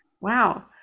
Wow